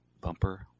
bumper